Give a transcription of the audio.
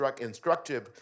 instructive